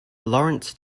lawrence